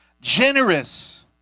generous